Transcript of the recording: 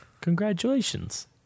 Congratulations